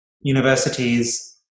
universities